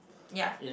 ya